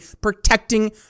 protecting